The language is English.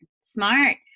Smart